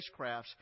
spacecrafts